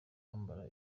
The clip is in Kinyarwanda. bambara